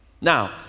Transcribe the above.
Now